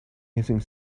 hissing